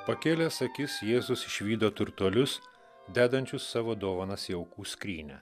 pakėlęs akis jėzus išvydo turtuolius dedančius savo dovanas į aukų skrynią